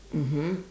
mmhmm